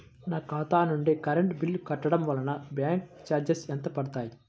నా ఖాతా నుండి కరెంట్ బిల్ కట్టడం వలన బ్యాంకు చార్జెస్ ఎంత పడతాయా?